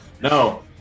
No